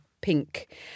pink